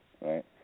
right